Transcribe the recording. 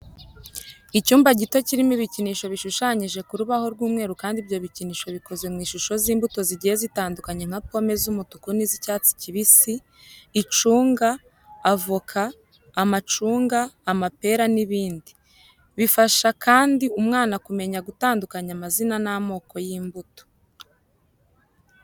Icyumba gito kirimo ibikinisho bishushanyije ku rubaho rw'umweru kandi ibyo bikinisho bikoze mu ishusho z'imbuto zigiye zitandukanye nka pome z'umutuku n'iz'icyatsi kibi, icunga, avoka, amacunga, amapera n'ibindi. Bifasha kandi umwana kumenya gutandukanya amazina n'amoko y'imbuto.